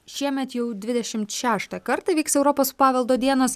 šiemet jau dvidešimt šeštą kartą vyks europos paveldo dienos